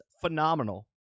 phenomenal